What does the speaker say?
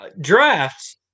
drafts